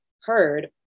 heard